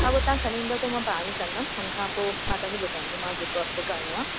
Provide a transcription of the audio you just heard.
उहो तव्हां खणी ईंदव त मां पाण ई कंदमि हुनखां पोइ मां तव्हांखे ॿुधाईंदीमांव जेको अॻिते करिणो आहे